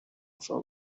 for